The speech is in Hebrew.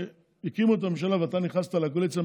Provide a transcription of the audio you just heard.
כשהקימו את הממשלה ואתה נכנסת לקואליציה,